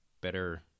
better